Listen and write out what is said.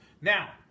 now